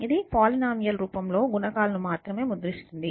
ఇది పోలీనోమిల్ రూపంలో గుణకాలను మాత్రమే ముద్రిస్తుంది